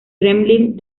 kremlin